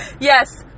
Yes